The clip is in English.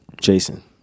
jason